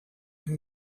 and